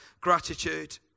gratitude